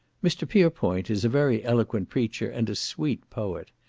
mr. pierpoint is a very eloquent preacher, and a sweet poet.